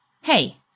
hey